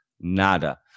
nada